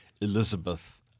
Elizabeth